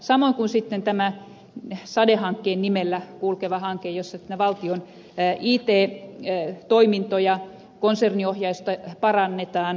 samoin kuin sitten tämä sade hankkeen nimellä kulkeva hanke jossa valtion it toimintoja konserniohjausta parannetaan